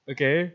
Okay